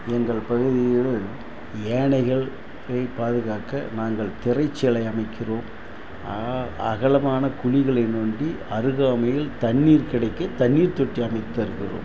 எங்கள் பகுதியில் யானைகளை பாதுகாக்க நாங்கள் திரைசீலை அமைக்கிறோம் அகலமான குழிகளை நோண்டி அருகாமையில் தண்ணீர் கிடைக்க தண்ணீர் தொட்டி அமைத்து தருகிறோம்